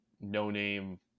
no-name